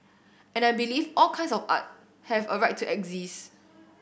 and I believe all kinds of art have a right to exist